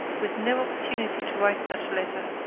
with no opportunity to write such a letter,